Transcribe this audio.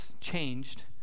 changed